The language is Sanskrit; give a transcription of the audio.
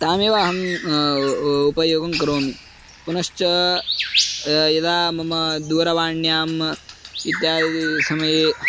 तामेव अहम् उपयोगं करोमि पुनश्च यदा मम दूरवाण्याम् इत्यादि समये